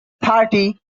party